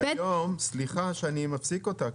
סליחה שאני מפסיק אותך.